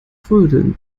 trödeln